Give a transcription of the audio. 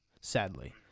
sadly